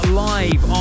live